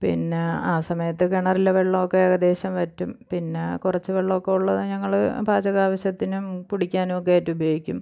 പിന്നെ ആ സമയത്ത് കിണറിലെ വെള്ളം ഒക്കെ ഏകദേശം വറ്റും പിന്നെ കുറച്ച് വെള്ളം ഒക്കെ ഉള്ളത് ഞങ്ങൾ പാചക ആവശ്യത്തിനും കുടിക്കാനൊക്കെ ആയിട്ട് ഉപയോഗിക്കും